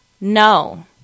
No